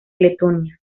letonia